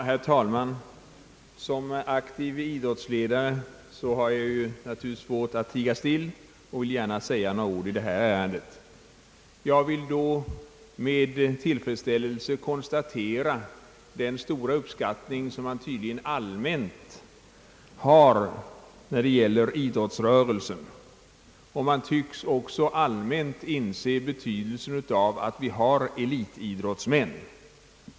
Herr talman! Som aktiv idrottsledare har jag naturligtvis svårt att tiga still, utan jag vill gärna säga några ord i detta ärende. Jag vill då först med tillfredsställelse konstatera den stora uppskattning, som man tydligen allmänt har när det gäller idrottsrörelsen. Man tycks också allmänt inse betydelsen av att vi har elitidrottsmän.